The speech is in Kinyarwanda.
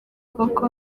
koko